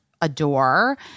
adore